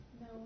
No